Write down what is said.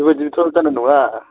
बेबायदिबोथ' जानाय नङा